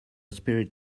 spirit